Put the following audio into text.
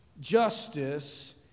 Justice